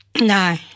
no